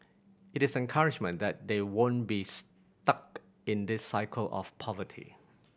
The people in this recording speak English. it is encouragement that they won't be stuck in this cycle of poverty